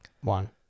One